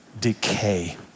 decay